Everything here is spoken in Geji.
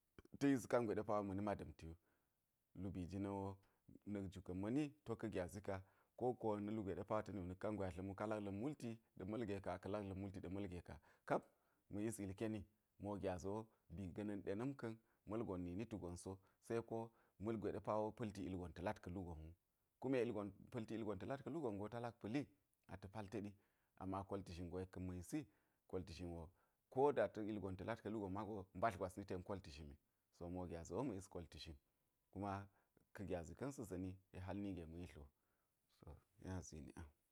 Ta̱ yis kangwe ɗe pa wo ma̱ na ma̱ da̱mti wu lubii jina̱n wo na̱k ju ka̱n ma̱ nima to ka̱ gyazi ko wokko wo na̱ lugwe ɗe pa ata̱ ni wu na̱k kangwe a dla̱m wu ka lak la̱m multi ɗa̱ ma̱lge ka lak la̱m multi ɗa̱ ma̱lge kap ma̱ yis yilkeni jina̱n mo gyazi wo bi ga̱na̱n ɗe na̱m ka̱n ma̱lgon nini tu gon so se ko ma̱lgwe ɗe pa wo pa̱lti ilgon ta̱lat ka̱ lugon wu kume pa̱lti ilgon talat ka̱ lu gon wu ta lak pa̱li ata̱ pal teɗi ama kolti zhingo yek ka̱n ma̱ yisi, ko da ta̱ ilgon ta̱lat ka̱ lu gon mago mbadl gwas ni ten kolti zhin so mo gyazi wo ma̱ yis kolti zhin kuma ka̱ gyazi ka̱n sa̱ za̱nni yek hal nige ma̱ yi dlo ta̱ nya zini ang.